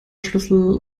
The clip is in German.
schlüssel